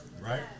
Right